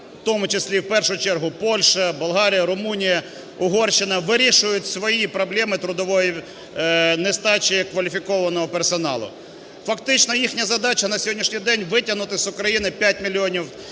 в тому числі і в першу чергу Польща, Болгарія, Румунія, Угорщина вирішують свої проблеми трудової нестачі кваліфікованого персоналу. Фактично їхня задача на сьогоднішній день – витягнути з України п'ять мільйонів